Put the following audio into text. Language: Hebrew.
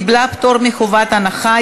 קיבלה פטור מחובת הנחה.